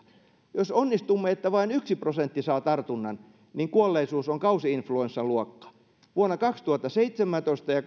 jos onnistumme että vain yksi prosentti saa tartunnan niin kuolleisuus on kausi influenssan luokkaa vuonna kaksituhattaseitsemäntoista ja